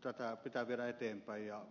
tätä pitää viedä eteenpäin ja